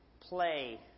play